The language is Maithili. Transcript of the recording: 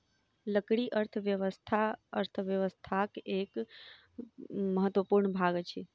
लकड़ी अर्थव्यवस्था अर्थव्यवस्थाक एक महत्वपूर्ण भाग अछि